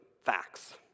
facts